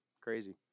Crazy